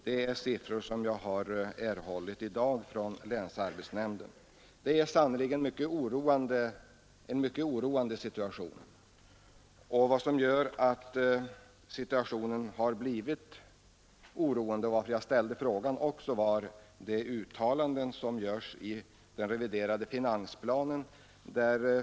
Det är siffror som jag har erhållit i dag från länsarbetsnämnden. Detta är sannerligen en mycket oroande situation. Att situationen har blivit oroande — och det är också anledningen till att jag ställde min enkla fråga — är de uttalanden som görs i den reviderade finansplanen.